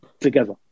together